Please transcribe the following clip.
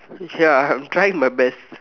ya I'm trying my best